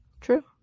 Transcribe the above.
True